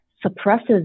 suppresses